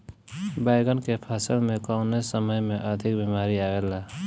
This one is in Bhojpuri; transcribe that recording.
बैगन के फसल में कवने समय में अधिक बीमारी आवेला?